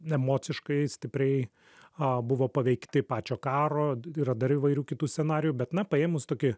emociškai stipriai a buvo paveikti pačio karo yra dar įvairių kitų scenarijų bet na paėmus tokį